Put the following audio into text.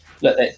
look